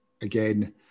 again